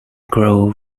grow